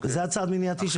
זה צעד מניעתי.